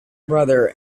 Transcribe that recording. brother